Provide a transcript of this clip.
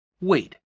Wait